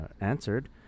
answered